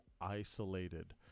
isolated